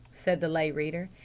said the lay reader.